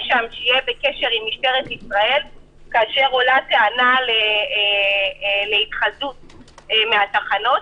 בקשר עם משטרת ישראל כאשר עולה טענה על התחזות מהתחנות,